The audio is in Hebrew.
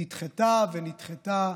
נדחתה ונדחתה,